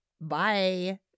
Bye